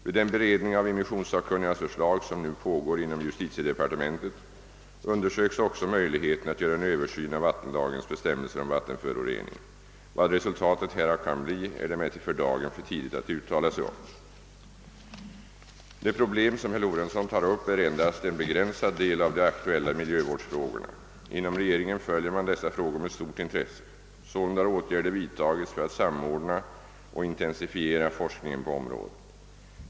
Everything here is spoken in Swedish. Vid den beredning av immissionssakkunnigas förslag som nu pågår inom justitiedepartementet undersöks även möjligheten att göra en översyn av vattenlagens bestämmelser om vattenförorening. Vad resultatet härav kan bli är det emellertid för dagen för tidigt att uttala sig om. Det problem som herr Lorentzon tar upp är endast en begränsad del av de aktuella miljövårdsfrågorna. Inom regeringen följer man dessa frågor med stort intresse. Sålunda har åtgärder vidtagits för att samordna och intensifiera forskningen på området.